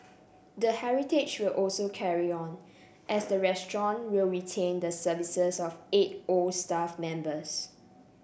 the heritage will also carry on as the restaurant will retain the services of eight old staff members